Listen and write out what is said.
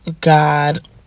God